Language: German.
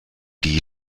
die